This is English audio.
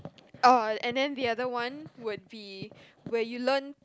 orh and then the other one would be where you learn